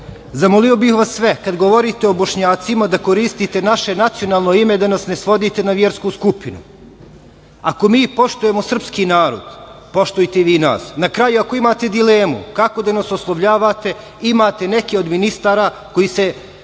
bih vas sve, kad govorite o Bošnjacima, da koristite naše nacionalno ime i da nas ne svodite na versku skupinu. Ako mi poštujemo srpski narod, poštujte i vi nas. Na kraju, ako imate dilemu kako da nas oslovljavate, imate neke od ministara koji se